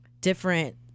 different